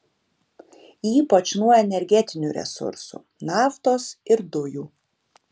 ypač nuo energetinių resursų naftos ir dujų